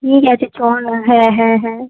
ঠিক আছে চল না হ্যাঁ হ্যাঁ হ্যাঁ